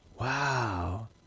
Wow